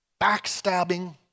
backstabbing